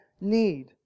need